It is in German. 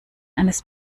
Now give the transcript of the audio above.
eines